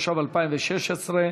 התשע"ו 2016,